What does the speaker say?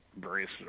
various